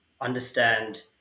understand